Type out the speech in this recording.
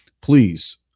please